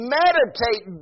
meditate